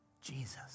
Jesus